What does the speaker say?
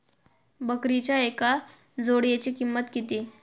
बकरीच्या एका जोडयेची किंमत किती?